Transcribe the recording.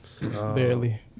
Barely